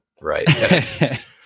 right